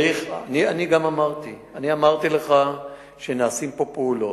אני גם אמרתי לך שנעשות פעולות,